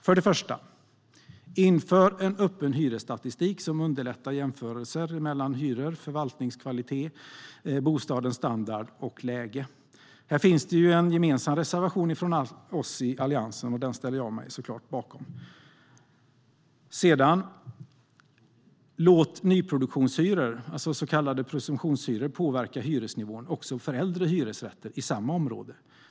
För det första vill vi införa en öppen hyresstatistik som underlättar jämförelser mellan hyror, förvaltningskvalitet, bostadsstandard och läge. Här finns det en gemensam reservation från oss i Alliansen, och den ställer jag mig såklart bakom. För det andra vill vi låta nyproduktionshyror, så kallade presumtionshyror, påverka hyresnivån också för äldre hyresrätter i samma område.